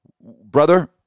brother